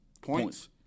points